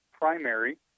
primary